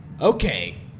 Okay